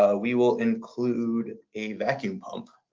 ah we will include a vacuum pump,